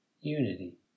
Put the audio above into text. unity